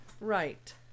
Right